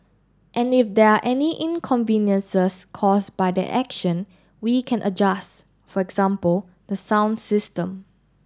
and if there are any inconveniences caused by that action we can adjust for example the sound system